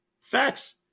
facts